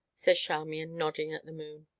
said charmian, nodding at the moon.